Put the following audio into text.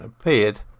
appeared